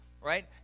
right